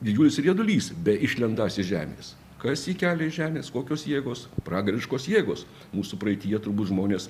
didžiulis riedulys beišlendąs iš žemės kas jį kelia iš žemės kokios jėgos pragariškos jėgos mūsų praeityje turbūt žmonės